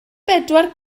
bedwar